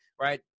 right